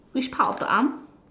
which part of the arm